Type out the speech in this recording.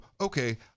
okay